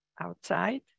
outside